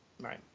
Right